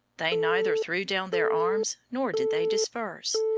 they neither threw down their arms nor did they disperse.